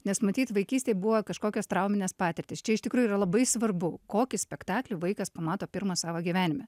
nes matyt vaikystėj buvo kažkokios trauminės patirtys čia iš tikrųjų yra labai svarbu kokį spektaklį vaikas pamato pirmą savo gyvenime